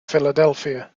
philadelphia